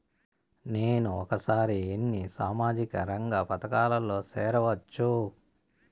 నేను ఒకేసారి ఎన్ని సామాజిక రంగ పథకాలలో సేరవచ్చు?